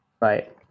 Right